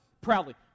proudly